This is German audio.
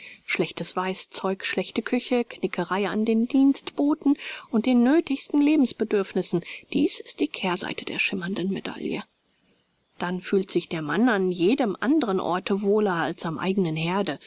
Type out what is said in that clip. schlechtes weißzeug schlechte küche knickerei an den dienstboten und den nöthigsten lebensbedürfnissen dies ist die kehrseite der schimmernden medaille dann fühlt sich der mann an jedem anderen orte wohler als am eignen herde